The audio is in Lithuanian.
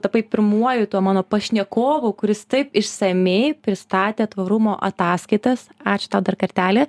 tapai pirmuoju tuo mano pašnekovu kuris taip išsamiai pristatė tvarumo ataskaitas ačiū tau dar kartelį